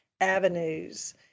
avenues